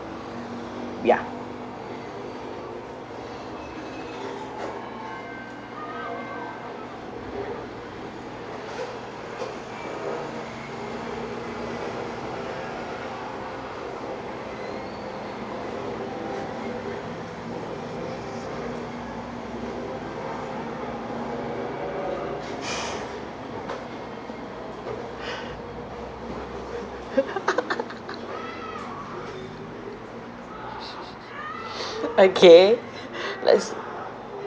ya okay let's